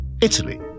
Italy